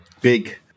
big